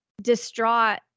distraught